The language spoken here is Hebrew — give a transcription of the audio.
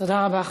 תודה רבה.